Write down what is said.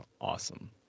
awesome